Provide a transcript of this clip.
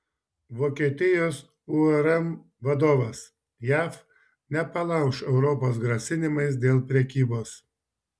vokietijos urm vadovas jav nepalauš europos grasinimais dėl prekybos